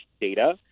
data